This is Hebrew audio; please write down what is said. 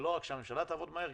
ולא רק שהממשלה תעבוד מהר,